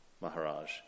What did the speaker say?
Maharaj